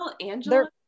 Angela